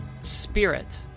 spirit